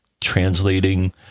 translating